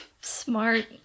Smart